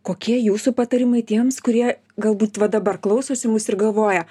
kokie jūsų patarimai tiems kurie galbūt va dabar klausosi mus ir galvoja